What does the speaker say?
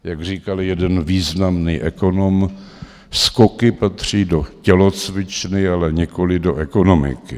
Jak říkal jeden významný ekonom, skoky patří do tělocvičny, ale nikoliv do ekonomiky.